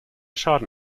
schaden